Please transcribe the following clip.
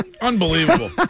unbelievable